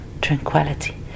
tranquility